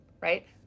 Right